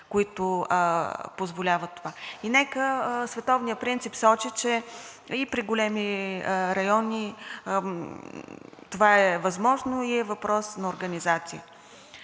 които позволяват това. Световният принцип сочи, че и при големи райони това е възможно и е въпрос на организация.